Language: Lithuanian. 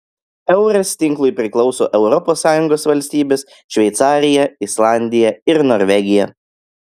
eures tinklui priklauso europos sąjungos valstybės šveicarija islandija ir norvegija